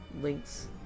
links